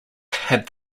had